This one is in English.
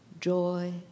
Joy